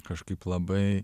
kažkaip labai